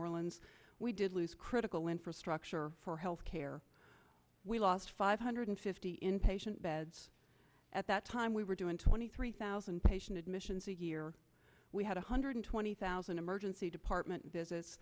orleans we did lose critical infrastructure for health care we lost five hundred fifty inpatient beds at that time we were doing twenty three thousand patient admissions a year we had one hundred twenty thousand emergency department visits